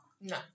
No